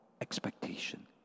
expectation